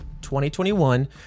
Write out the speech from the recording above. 2021